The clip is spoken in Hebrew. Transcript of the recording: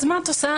אז מה את עושה?